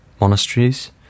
monasteries